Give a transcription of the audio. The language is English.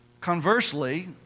Conversely